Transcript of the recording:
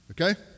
Okay